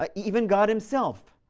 but even god himself.